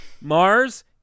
Mars